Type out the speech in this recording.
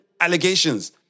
allegations